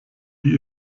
die